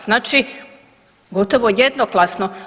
Znači gotovo jednoglasno.